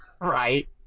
Right